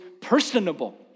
personable